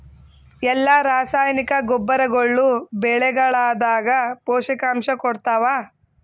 ಎಲ್ಲಾ ರಾಸಾಯನಿಕ ಗೊಬ್ಬರಗೊಳ್ಳು ಬೆಳೆಗಳದಾಗ ಪೋಷಕಾಂಶ ಕೊಡತಾವ?